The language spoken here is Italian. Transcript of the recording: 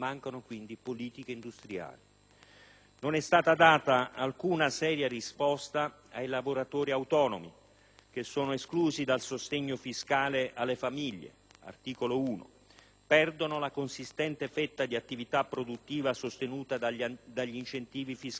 Non è stata fornita alcuna seria risposta ai lavoratori autonomi che sono stati esclusi dal sostegno fiscale alle famiglie contenuto nell'articolo 1. Perdono quindi la consistente fetta di attività produttiva sostenuta dagli incentivi fiscali (articolo 29),